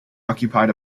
occupied